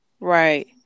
Right